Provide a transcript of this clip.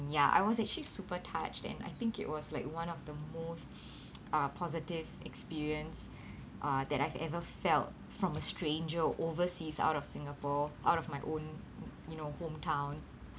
ya I was actually super touched and I think it was like one of the most uh positive experience uh that I've ever felt from a stranger overseas out of singapore out of my own you know hometown